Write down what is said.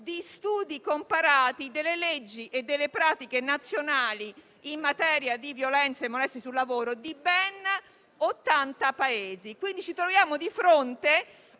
di studi comparati delle leggi e delle pratiche nazionali in materia di violenza e molestie sul lavoro di ben 80 Paesi. Ci troviamo quindi di fronte